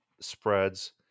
spreads